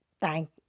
Thank